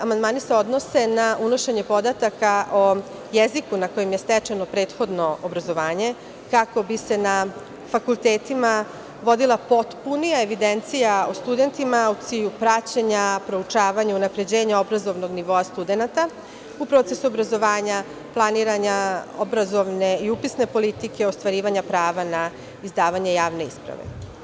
Amandmani se odnose na unošenje podataka o jeziku na kojima je stečeno prethodno obrazovanje kako bi se na fakultetima vodila potpunija evidencija o studentima u cilju praćenja, proučavanja, unapređenja obrazovnog nivoa studenata u procesu obrazovanja, planiranja obrazovne i upisne politike, ostvarivanja prava na izdavanje javne isprave.